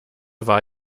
war